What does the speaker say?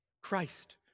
Christ